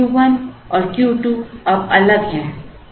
तो Q 1 और Q 2 अब अलग हैं